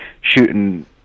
shooting